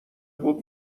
بود